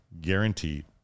guaranteed